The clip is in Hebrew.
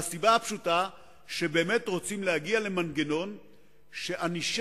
מהסיבה הפשוטה שבאמת רוצים להגיע למנגנון שענישה,